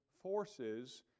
forces